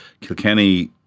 Kilkenny